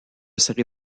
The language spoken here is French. serai